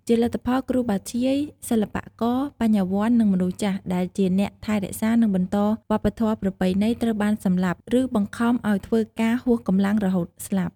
ជាលទ្ធផល គ្រូបាធ្យាយ សិល្បករ បញ្ញវន្ត និងមនុស្សចាស់ ដែលជាអ្នកថែរក្សា និងបន្តវប្បធម៌ប្រពៃណី ត្រូវបានសម្លាប់ ឬបង្ខំឱ្យធ្វើការហួសកម្លាំងរហូតស្លាប់។